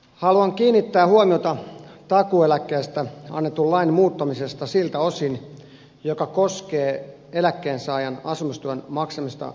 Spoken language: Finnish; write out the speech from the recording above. haluan kiinnittää huomiota takuueläkkeestä annetun lain muuttamiseen siltä osin mikä koskee eläkkeensaajan asumistuen maksamista vuokranantajalle